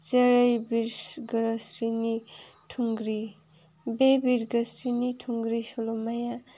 जेरै बिरग्रोस्रिनि थुंग्री बे बिरग्रोस्रिनि थुंग्री सल'माया